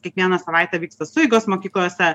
kiekvieną savaitę vyksta sueigos mokyklose